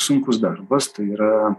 sunkus darbas tai yra